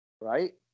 right